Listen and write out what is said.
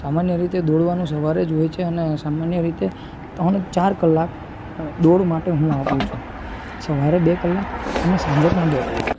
સામાન્ય રીતે દોડવાનું સવારે જ હોય છે અને સામાન્ય રીતે ત્રણ ચાર કલાક દોડ માટે હું આપું છું સવારે બે કલાક અને સાંજે પણ બે કલાક